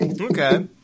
Okay